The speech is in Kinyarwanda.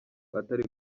atari